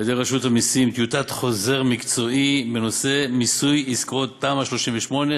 על-ידי רשות המסים טיוטת חוזר מקצועי בנושא מיסוי עסקאות תמ"א 38,